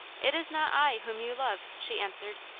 it is not i whom you love! she answered.